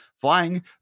Flying